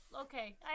okay